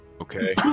okay